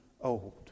old